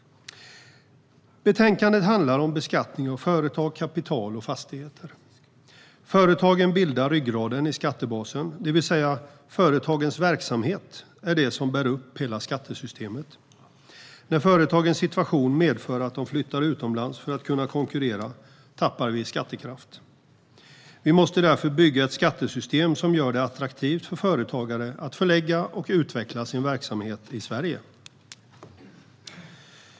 Betänkandet handlar om beskattning av företag, kapital och fastigheter. Företagen bildar ryggraden i skattebasen, det vill säga företagens verksamhet är det som bär upp hela skattesystemet. När företagens situation medför att de flyttar utomlands för att kunna konkurrera tappar vi skattekraft. Vi måste därför bygga ett skattesystem som gör det attraktivt för företagare att förlägga och utveckla sin verksamhet i Sverige.